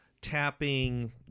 tapping